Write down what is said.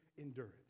endurance